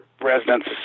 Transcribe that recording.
residents